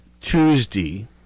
Tuesday